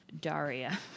Daria